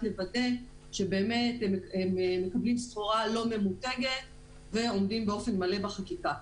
לוודא שבאמת הם מקבלים סחורה לא ממותגת ועומדים באופן מלא בחקיקה.